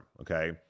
okay